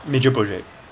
major project